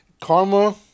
Karma